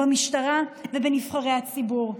במשטרה ובנבחרי הציבור.